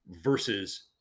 versus